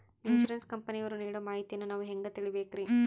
Insurance ಕಂಪನಿಯವರು ನೀಡೋ ಮಾಹಿತಿಯನ್ನು ನಾವು ಹೆಂಗಾ ತಿಳಿಬೇಕ್ರಿ?